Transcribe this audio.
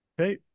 Okay